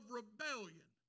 rebellion